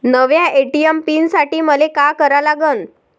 नव्या ATM pin साठी मले का करा लागन?